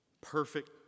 Perfect